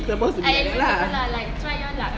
it supposed to be like that lah